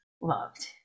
loved